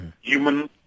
human